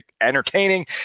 entertaining